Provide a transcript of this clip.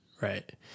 Right